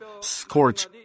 scorch